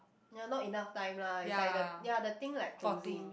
ya not enough time lah it's like the ya the thing like closing